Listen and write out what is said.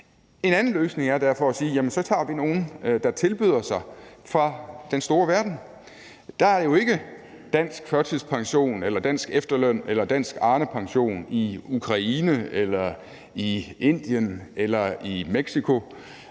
En anden løsning er derfor at sige: Jamen så tager vi nogle, der tilbyder sig fra den store verden. Der er jo ikke dansk førtidspension, dansk efterløn eller dansk Arnepension i Ukraine eller i Indien eller i Mexico,